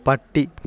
പട്ടി